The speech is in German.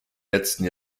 letzten